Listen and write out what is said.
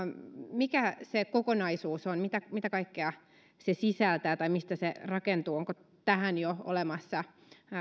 mikä se kokonaisuus on mitä kaikkea se sisältää tai mistä se rakentuu onko tähän jo olemassa